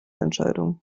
entscheidung